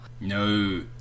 No